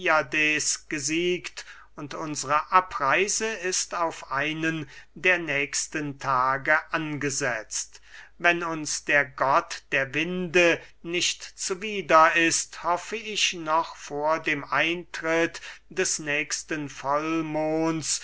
gesiegt und unsre abreise ist auf einen der nächsten tage angesetzt wenn uns der gott der winde nicht zuwider ist hoffe ich noch vor dem eintritt des nächsten